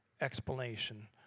explanation